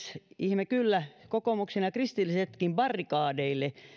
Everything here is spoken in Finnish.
ihme kyllä myös kokoomuksen ja kristillisetkin barrikadeille